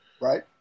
Right